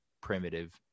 primitive